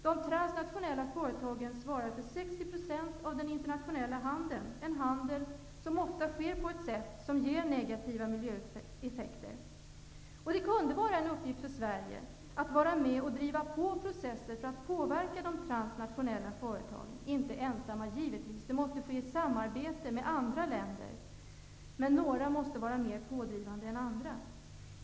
De transnationella företagen svarar för 60 % av den internationella handeln. Det är en handel som ofta sker på ett sätt som ger negativa miljöeffekter. Det kunde vara en uppgift för Sverige att vara med och driva på processen för att påverka de transnationella företagen. Inte ensamma, givetvis, utan i samarbete med andra länder. Men några måste vara mer pådrivande än andra.